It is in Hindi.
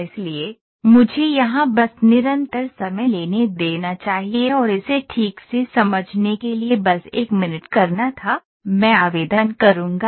इसलिए मुझे यहां बस निरंतर समय लेने देना चाहिए और इसे ठीक से समझने के लिए बस 1 मिनट करना था मैं आवेदन करूंगा